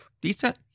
decent